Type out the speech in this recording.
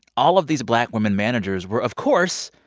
all of these black women managers were, of course,